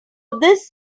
this